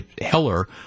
Heller